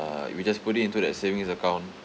we just put it into that savings account